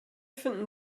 finden